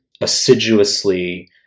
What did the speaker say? assiduously